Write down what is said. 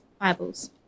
Bibles